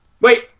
Wait